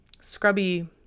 scrubby